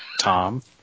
Tom